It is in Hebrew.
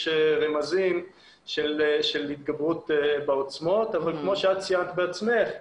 יש רמזים של התגברות בעוצמות אבל כמו שאת בעצמך ציינת,